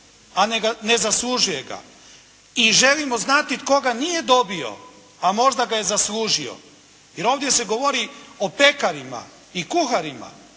a ne zaslužuje ga. I želimo znati tko ga nije dobio, a možda ga je zaslužio. Jer ovdje se govori o pekarima i kuharima.